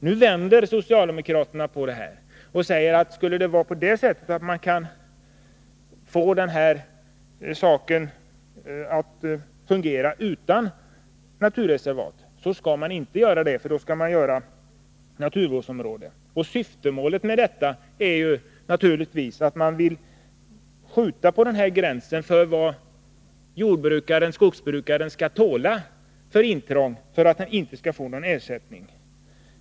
Nu vänder socialdemokraterna på det hela och säger att man, om det hela kommer att fungera utan att naturreservat inrättas, i stället skall inrätta naturvårdsområden. Avsikten med detta är naturligtvis att man vill skjuta på gränsen för vad jordbrukaren och skogsbrukaren skall tåla i form av intrång utan att han får ersättning.